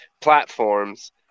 platforms